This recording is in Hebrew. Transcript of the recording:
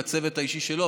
מהצוות האישי שלו,